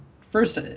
first